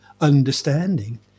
understanding